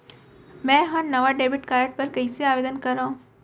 मै हा नवा डेबिट कार्ड बर कईसे आवेदन करव?